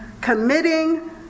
Committing